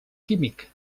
químic